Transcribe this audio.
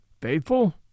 Faithful